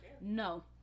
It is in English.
No